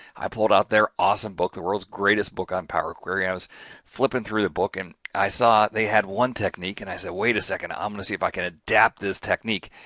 i pulled out there awesome book, the world's greatest book on power query. i was flipping through the book and i saw they had one technique and i said, wait a second. i'm going to see if i can adapt this technique.